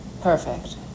Perfect